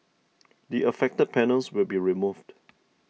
the affected panels will be removed